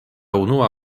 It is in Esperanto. unua